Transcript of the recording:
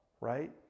right